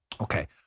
Okay